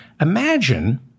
Imagine